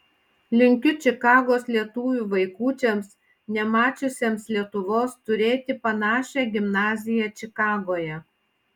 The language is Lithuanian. linkiu čikagos lietuvių vaikučiams nemačiusiems lietuvos turėti panašią gimnaziją čikagoje